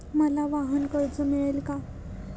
मला वाहनकर्ज मिळेल का?